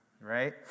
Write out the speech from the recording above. right